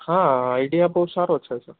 હા આઇડિયા બહુ સારો છે સર